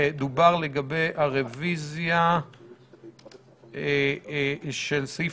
דובר לגבי הרביזיה של סעיף